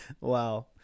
Wow